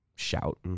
shout